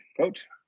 coach